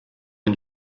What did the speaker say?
and